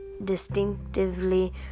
distinctively